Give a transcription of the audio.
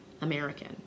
American